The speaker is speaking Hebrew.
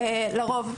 לרוב,